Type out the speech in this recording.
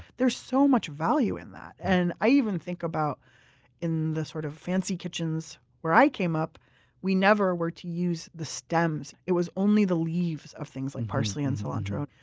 there's so much value in that. and i even think about how in the sort of fancy kitchens where i came up we never were to use the stems it was only the leaves of things like parsley and cilantro,